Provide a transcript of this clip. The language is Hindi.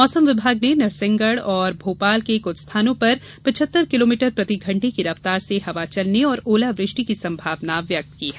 मौसम विभाग ने नरसिंहगढ़ और भोपाल के कुछ स्थानों पर पिचहत्तर किलोमीटर प्रति घंटे की रफ्तार से हवा चलने और ओलावृष्टि की संभावना व्यक्त की है